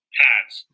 pads